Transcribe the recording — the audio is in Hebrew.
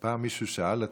פעם מישהו שאל אותי: